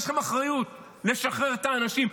יש לכם אחריות לשחרר את האנשים.